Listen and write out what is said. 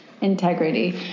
integrity